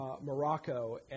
Morocco